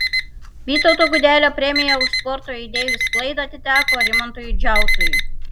vytauto gudelio premija už sporto idėjų sklaidą atiteko rimantui džiautui